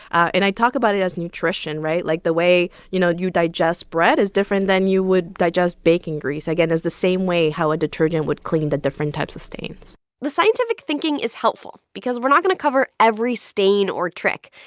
and i talk about it as nutrition, right? like, the way, you know, you digest bread is different than you would digest bacon grease. again, it's the same way how a detergent would clean the different types of stains the scientific thinking is helpful because we're not going to cover every stain or trick.